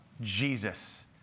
Jesus